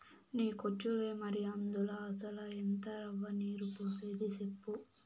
నీకొచ్చులే మరి, అందుల అసల ఎంత రవ్వ, నీరు పోసేది సెప్పు